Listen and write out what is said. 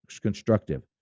constructive